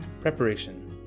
Preparation